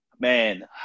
Man